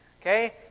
okay